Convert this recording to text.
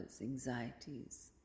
anxieties